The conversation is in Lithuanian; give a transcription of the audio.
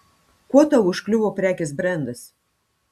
kuo tau užkliuvo prekės brendas